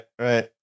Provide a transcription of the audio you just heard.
Right